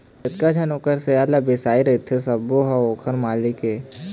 जतका झन ओखर सेयर ल बिसाए रहिथे सबो ह ओखर मालिक ये